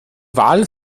wahl